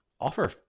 offer